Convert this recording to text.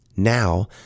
Now